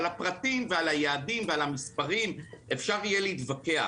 על הפרטים, היעדים והמספרים אפשר יהיה להתווכח,